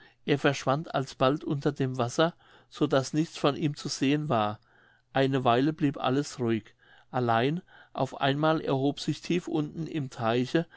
er verschwand alsbald unter dem wasser so daß nichts von ihm zu sehen war eine weile blieb alles ruhig allein auf einmal erhob sich tief unten im teiche